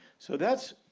so that's,